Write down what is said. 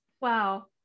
Wow